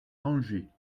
angers